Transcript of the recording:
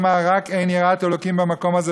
אמר: רק אין יראת אלוקים במקום הזה,